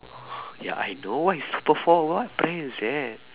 ya I know what is super four what brand is that